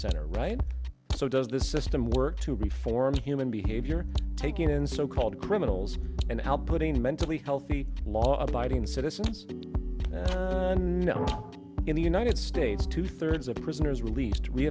center right so does this system work to be forms of human behavior taking in so called criminals and help putting mentally healthy law abiding citizens in the united states two thirds of the prisoners released we